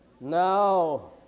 No